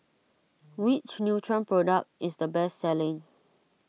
which Nutren product is the best selling